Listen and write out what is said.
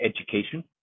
education